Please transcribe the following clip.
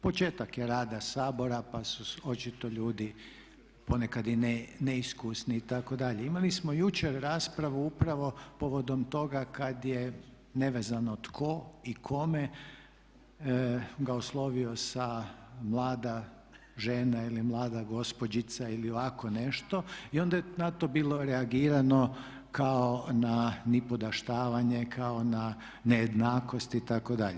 Početak je rada Sabora, pa su očito ljudi i ponekad neiskusni itd. imali smo jučer raspravu upravo povodom toga kad je nevezano tko i kome ga oslovio sa mlada žena, ili mlada gospođice ili ovako nešto i onda je na to bilo reagirano kao na nipodaštavanje, kao na nejednakost itd.